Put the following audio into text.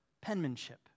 penmanship